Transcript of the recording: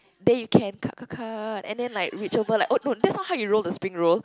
then you can cut cut cut and then like reach over oh no that's not how you roll the spring roll